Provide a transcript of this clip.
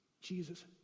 Jesus